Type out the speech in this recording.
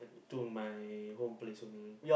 to my home place only